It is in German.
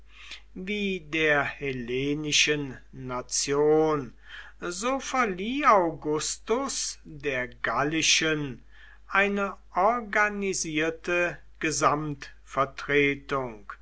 wie der hellenischen nation so verlieh augustus der gallischen eine organisierte